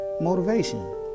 motivation